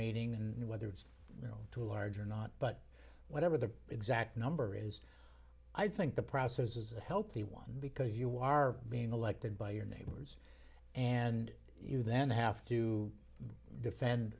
meeting and whether it's too large or not but whatever the exact number is i think the process is a healthy one because you are being elected by your neighbors and you then have to defend